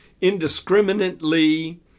indiscriminately